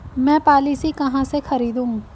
मैं पॉलिसी कहाँ से खरीदूं?